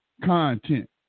Content